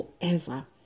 forever